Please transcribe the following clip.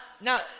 now